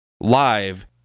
live